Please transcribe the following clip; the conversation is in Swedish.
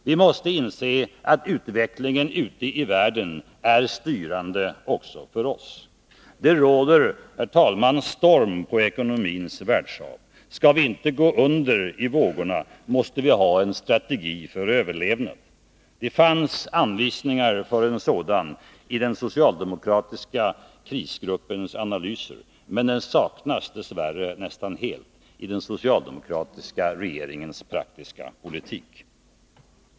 Vi måste inse att utvecklingen ute i världen är styrande också för oss. Det råder, herr talman, storm på ekonomins världshav. Skall vi inte gå under i vågorna, måste vi ha en strategi för överlevnad. Det fanns anvisningar för en sådan i den socialdemokratiska krisgruppens analyser, men de saknas dess värre nästan helt i den socialdemokratiska regeringens praktiska politik.